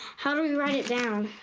how do we write it down?